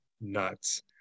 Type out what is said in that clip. nuts